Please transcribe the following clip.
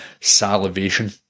salivation